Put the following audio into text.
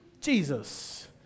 Jesus